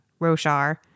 roshar